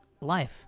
life